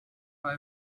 when